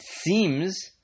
seems